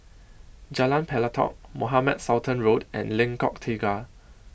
Jalan Pelatok Mohamed Sultan Road and Lengkok Tiga